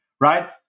right